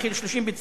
המכיל 30 ביצים,